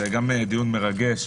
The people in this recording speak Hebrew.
זה גם דיון מרגש.